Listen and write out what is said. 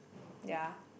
ya